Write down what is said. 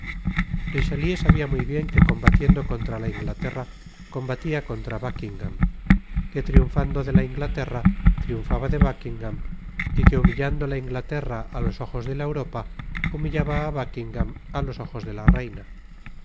entero richelieu sabia muy bien que combatiendo contra la ingtaterra combatía contra buckingam que triunfando de la inglaterra triunfaba de buckingam y que humillando la inglaterra á los ojos de la europa humillaba á buckingam á los ojos de la reina